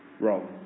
wrong